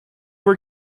were